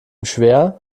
schwer